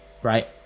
right